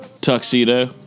Tuxedo